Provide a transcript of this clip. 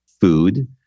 food